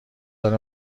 داره